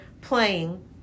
playing